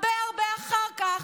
הרבה הרבה אחר כך,